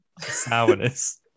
sourness